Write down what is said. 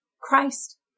Christ